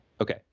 Okay